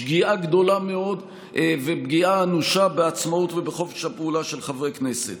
שגיאה גדולה מאוד ופגיעה אנושה בעצמאות ובחופש הפעולה של חברי הכנסת.